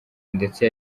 ndetse